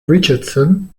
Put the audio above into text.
richardson